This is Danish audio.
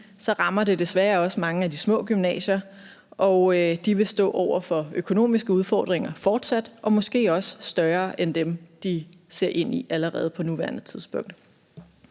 så rammer det desværre også mange af de små gymnasier. De vil fortsat stå over for økonomiske udfordringer, som måske også er større end dem, de allerede på nuværende tidspunkt